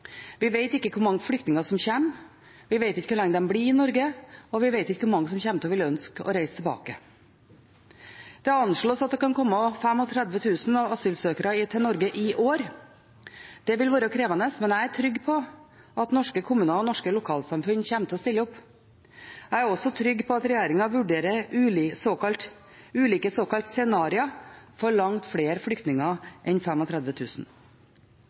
vi vet ikke hvor mange flyktninger som kommer, vi vet ikke hvor lenge de blir i Norge, og vi vet ikke hvor mange som kommer til å ville ønske å reise tilbake. Det anslås at det kan komme 35 000 asylsøkere til Norge i år. Det vil være krevende, men jeg er trygg på at norske kommuner og norske lokalsamfunn kommer til å stille opp. Jeg er også trygg på at regjeringen vurderer ulike såkalte scenarioer for langt flere flyktninger enn